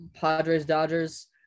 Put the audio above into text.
Padres-Dodgers